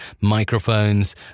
microphones